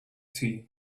tea